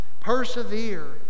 Persevere